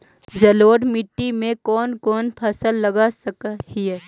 जलोढ़ मिट्टी में कौन कौन फसल लगा सक हिय?